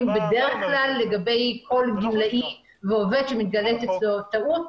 בדרך כלל לגבי כל גמלאי ועובד שמתגלית אצלו טעות,